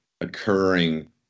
occurring